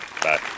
Bye